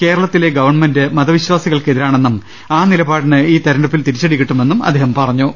കേരളത്തിലെ ഗവർണമെന്റ് മതവിശ്വാസങ്ങൾക്ക് എതിരാണെന്നും ആ നിലപാടിന് ഈ തിരഞ്ഞെടുപ്പിൽ തിരിച്ചടി കിട്ടുമെന്നും അദ്ദേഹം പറഞ്ഞു